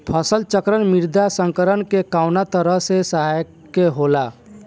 फसल चक्रण मृदा संरक्षण में कउना तरह से सहायक होला?